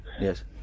Yes